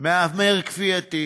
מהמר כפייתי,